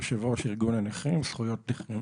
יושב-ראש ארגון הנכים זכויות נכים.